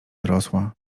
dorosła